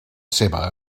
seva